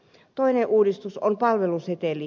toinen uudistus on palveluseteli